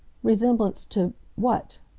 resemblance to what?